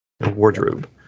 wardrobe